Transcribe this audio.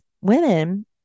women